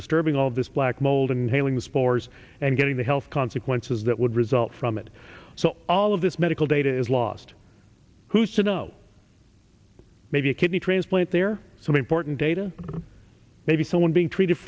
disturbing all this black mold and failing the spores and getting the health consequences that would result from it so all of this medical data is lost who's to know maybe a kidney transplant there some important data or maybe someone being treated